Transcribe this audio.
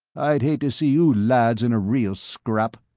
i'd hate to see you lads in a real scrap.